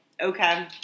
Okay